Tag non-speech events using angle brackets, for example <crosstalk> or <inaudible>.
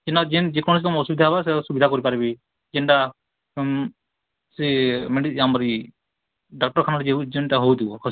କିନ୍ ଯେନ୍ ଯେ କୌଣସି ଅସୁବିଧା ହେବା ସୁବିଧା କରିପାରିବି ଯେନ୍ଟା <unintelligible> ହେଉଥିବ ଖସି